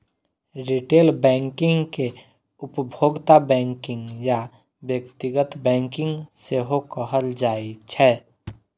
retail banking कें उपभोक्ता banking या व्यक्तिगत बैंकिंग सेहो कहल जाइ छै